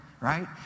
Right